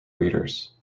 readers